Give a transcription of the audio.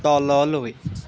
তললৈ